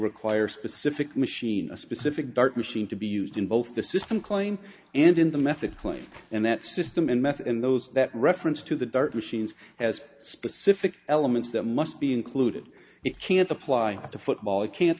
require specific machine a specific dart machine to be used in both the system claim and in the method claimed and that system and method and those that reference to the dark machines has specific elements that must be included it can't apply to football it can't